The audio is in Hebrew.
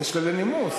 יש כללי נימוס.